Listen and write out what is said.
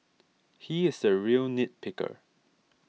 he is a real nit picker